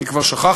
אני כבר שכחתי,